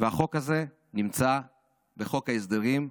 והחוק הזה נמצא בחוק ההסדרים.